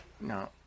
No